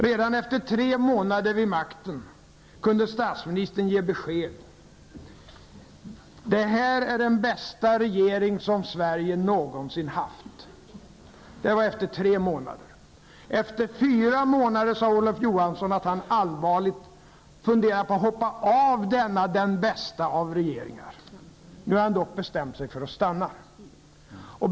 Redan efter tre månader vid makten kunde statsministern ge besked: Det här är den bästa regering som Sverige någonsin haft. Efter fyra månader sade Olof Johansson att han allvarligt funderade på att hoppa av denna den bästa av regeringar. Nu har han dock bestämt sig för att stanna.